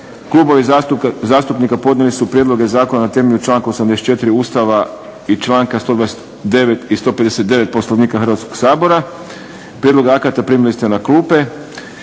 Klubovi zastupnika podnijeli su Prijedloge zakona na temelju članka 84. Ustava i članka 129. i 159. Poslovnika Hrvatskog sabora. Prijedlog akata primili ste na klupe.